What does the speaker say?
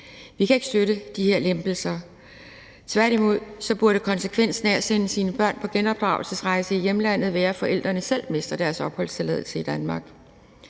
Vi kan ikke støtte de her lempelser. Tværtimod burde konsekvensen af at sende sine børn på genopdragelsesrejse i hjemlandet være, at forældrene selv mister deres opholdstilladelse i Danmark.